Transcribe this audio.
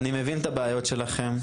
אני מבין את הבעיות שלכם,